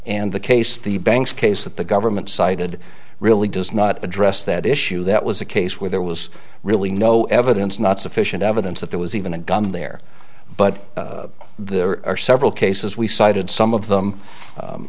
and the case the banks case that the government cited really does not address that issue that was a case where there was really no evidence not sufficient evidence that there was even a gun there but there are several cases we cited some of them